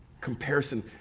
comparison